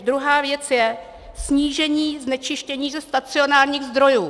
Druhá věc je snížení znečištění ze stacionárních zdrojů.